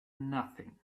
nothing